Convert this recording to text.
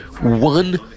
one